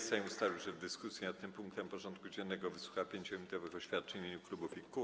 Sejm ustalił, że w dyskusji nad tym punktem porządku dziennego wysłucha 5-minutowych oświadczeń w imieniu klubów i kół.